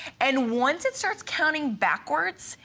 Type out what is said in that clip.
and once it starts counting backwards,